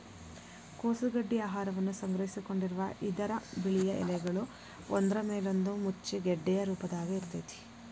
ಕೋಸು ಗಡ್ಡಿ ಆಹಾರವನ್ನ ಸಂಗ್ರಹಿಸಿಕೊಂಡಿರುವ ಇದರ ಬಿಳಿಯ ಎಲೆಗಳು ಒಂದ್ರಮೇಲೊಂದು ಮುಚ್ಚಿ ಗೆಡ್ಡೆಯ ರೂಪದಾಗ ಇರ್ತೇತಿ